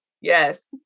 Yes